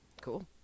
Cool